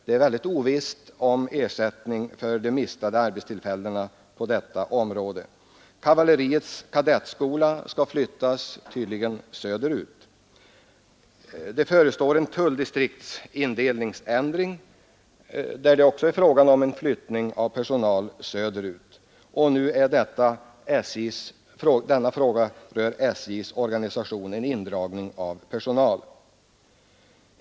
Det är mycket ovisst om ersättning kan ordnas för de i samband härmed mistade arbetstillfällena. Kavalleriets kadettskola skall tydligen flyttas söderut. Det förestår vidare en ändring av tulldistriktsindelningen, där det också är fråga om en flyttning av personal söderut. Och nu är det alltså fråga om en indragning av personal inom SJ:s organisation.